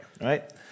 right